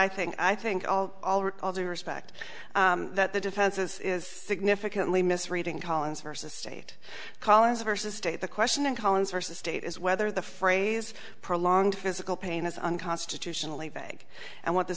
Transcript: i think i think i'll also respect that the defenses is significantly misreading collins versus state collins versus state the question in collins versus state is whether the phrase prolonged physical pain is unconstitutionally vague and what the